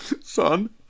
son